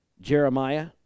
Jeremiah